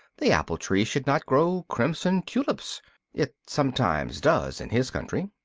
the apple tree should not grow crimson tulips it sometimes does in his country.